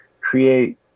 create